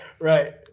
Right